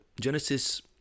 Genesis